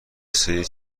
سری